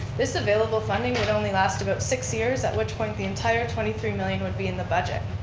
this available funding would only last about six years at which point, the entire twenty three million would be in the budget.